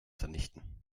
vernichten